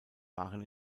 waren